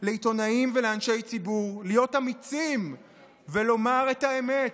לעיתונאים ולאנשי ציבור להיות אמיצים ולומר את האמת,